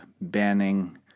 banning